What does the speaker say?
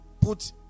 Put